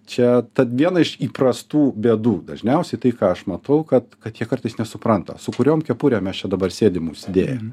čia ta viena iš įprastų bėdų dažniausiai tai ką aš matau kad kad jie kartais nesupranta su kuriom kepurėm mes čia dabar sėdim užsidėję